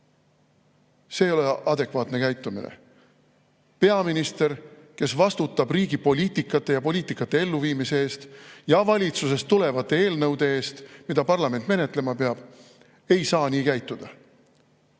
See ei ole adekvaatne käitumine. Peaminister, kes vastutab riigi poliitika ja selle elluviimise eest ning valitsusest tulevate eelnõude eest, mida parlament menetlema peab, ei saa nii käituda.